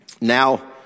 Now